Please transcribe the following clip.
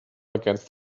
against